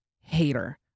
hater